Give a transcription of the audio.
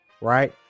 Right